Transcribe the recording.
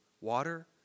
water